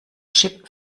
chip